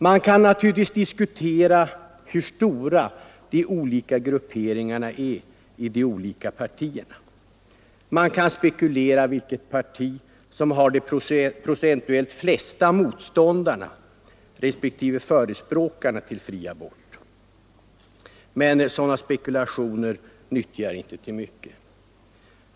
Man kan naturligtvis diskutera hur stora de olika grupperingarna är inom de skilda partierna och spekulera över vilket parti som har de procentuellt flesta motståndarna till respektive förespråkarna för fri abort. Men sådana spekulationer nyttjar inte mycket till.